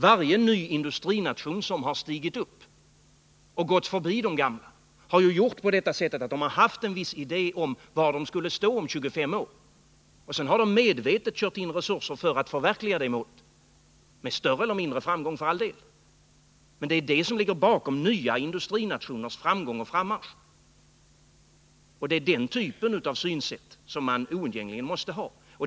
Varje ny industrination som stigit upp och gått förbi de gamla har haft en viss idé om var man skulle stå om 25 år. Sedan har man medvetet kört in resurser för att förverkliga det målet — för all del med större eller mindre framgång. Det är det som ligger bakom nya industrinationers framgång och frammarsch. Det är den typen av synsätt som man oundgängligen måste ha.